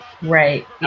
Right